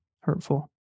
hurtful